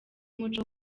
umuco